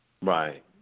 Right